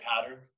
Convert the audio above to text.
pattern